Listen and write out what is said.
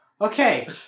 okay